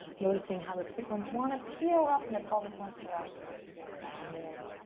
noticing how the sit bones want to peel up, and the pelvis wants to rock, but we keep it grounded